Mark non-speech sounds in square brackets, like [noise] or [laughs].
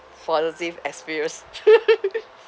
positive experience [laughs]